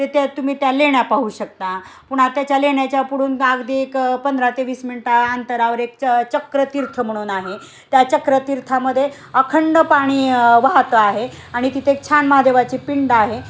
ते त्या तुम्ही त्या लेण्या पाहू शकता पुणा त्याच्या लेण्याच्या पुढून अगदी एक पंधरा ते वीस मिनटा अंतरावर एक च चक्रतीर्थ म्हणून आहे त्या चक्रतीर्थामध्ये अखंड पाणी वाहतं आहे आणि तिथे एक छान महादेवाची पिंड आहे